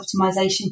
optimization